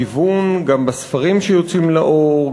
גיוון גם בספרים שיוצאים לאור,